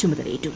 ചുമതലയേറ്റു